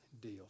deal